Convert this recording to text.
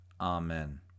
Amen